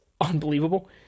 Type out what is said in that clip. unbelievable